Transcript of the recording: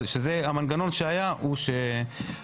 אבל המנגנון שהיה הוא שיהיה.